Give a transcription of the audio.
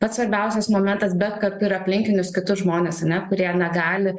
pats svarbiausias momentas bet kartu ir aplinkinius kitus žmones kurie na gali